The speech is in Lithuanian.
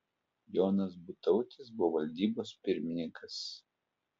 jonas butautis buvo valdybos pirmininkas